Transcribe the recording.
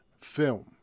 film